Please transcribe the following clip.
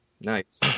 Nice